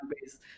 base